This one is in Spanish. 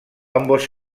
ambos